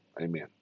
Amen